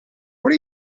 what